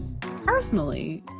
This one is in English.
Personally